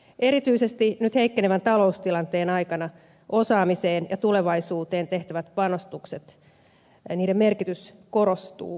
erityisesti nyt heikkenevän taloustilanteen aikana osaamiseen ja tulevaisuuteen tehtävät panostukset ja niiden merkitys korostuvat jatkossa